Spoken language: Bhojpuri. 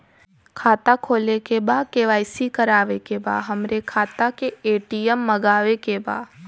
खाता खोले के बा के.वाइ.सी करावे के बा हमरे खाता के ए.टी.एम मगावे के बा?